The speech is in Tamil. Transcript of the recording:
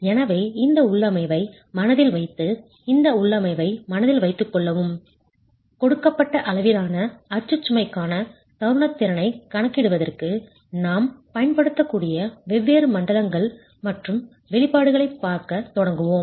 எனவே இந்த உள்ளமைவை மனதில் வைத்து இந்த உள்ளமைவை மனதில் வைத்துக்கொள்ளவும் கொடுக்கப்பட்ட அளவிலான அச்சு சுமைக்கான தருணத் திறனைக் கணக்கிடுவதற்கு நாம் பயன்படுத்தக்கூடிய வெவ்வேறு மண்டலங்கள் மற்றும் வெளிப்பாடுகளைப் பார்க்கத் தொடங்குவோம்